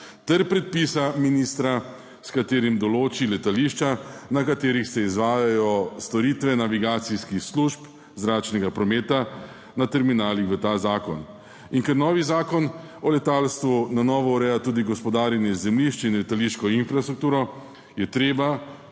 ter predpisa ministra, s katerim določi letališča, na katerih se izvajajo storitve navigacijskih služb zračnega prometa na terminalih v ta zakon. Ker novi zakon o letalstvu na novo ureja tudi gospodarjenje z zemljišči in letališko infrastrukturo, je treba